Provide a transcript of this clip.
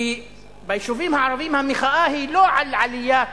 כי ביישובים הערביים המחאה היא לא על עליית